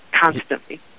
constantly